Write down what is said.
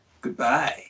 Goodbye